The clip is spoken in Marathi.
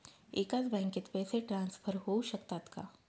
एकाच बँकेत पैसे ट्रान्सफर होऊ शकतात का?